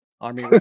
army